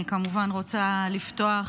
אני כמובן רוצה לפתוח